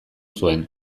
zuen